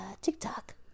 TikTok